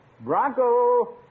Bronco